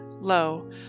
Lo